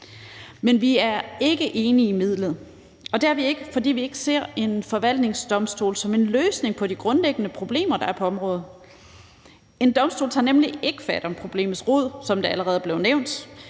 Men vi er ikke enige i midlet, og det er vi ikke, fordi vi ikke ser en forvaltningsdomstol som en løsning på de grundlæggende problemer, der er på området. En domstol tager nemlig ikke fat om problemets rod, som det allerede er blevet nævnt,